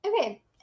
okay